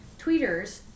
tweeters